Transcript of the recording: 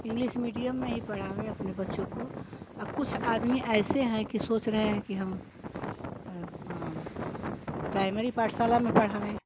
English medium में ही पढ़ावें अपने बच्चों को कुछ आदमी ऐसे हैं कि सोच रहे हैं हम प्राइमरी पाठशाला में पढ़ावें